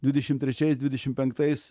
dvidešim trečiais dvidešim penktais